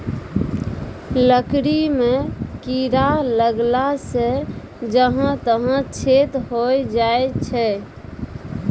लकड़ी म कीड़ा लगला सें जहां तहां छेद होय जाय छै